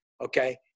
Okay